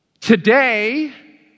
Today